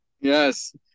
yes